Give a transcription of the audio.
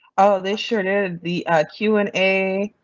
ah they sure did the q and a.